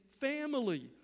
family